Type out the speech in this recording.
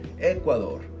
Ecuador